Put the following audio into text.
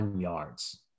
yards